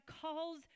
calls